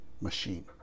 machine